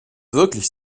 wirklich